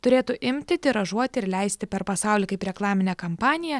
turėtų imti tiražuoti ir leisti per pasaulį kaip reklaminę kampaniją